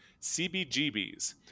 CBGBs